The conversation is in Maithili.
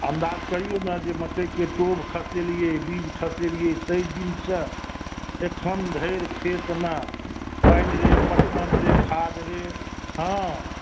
अन्दाज करियौ ने जे मकइके टोभ खसेलियै बीज खसेलियै तऽ ओहि बीजसँ एखन धरि खेतमे पानि रे पटवन रे खाद्य रे हॅं